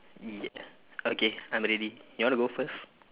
ya okay I'm ready you want to go first